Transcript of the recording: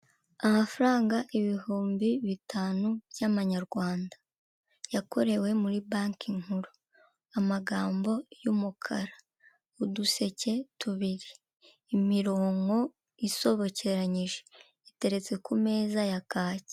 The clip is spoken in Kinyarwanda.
Amafaranga ibihumbi bitanu by'amanyarwanda yakorewe muri banki nkuru. Amagambo y'umukara, uduseke tubiri imirongo isobekeranyije iteretse ku meza ya kaki.